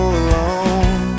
alone